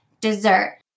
dessert